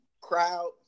crowd